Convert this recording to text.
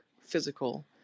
physical